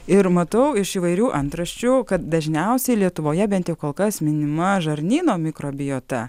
ir matau iš įvairių antraščių kad dažniausiai lietuvoje bent kol kas minima žarnyno mikrobiota